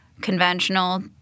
conventional